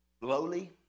lowly